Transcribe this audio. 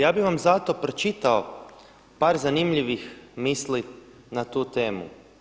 Ja bih vam zato pročitao par zanimljivih misli na tu temu.